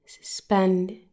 suspend